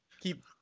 keep